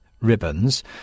ribbons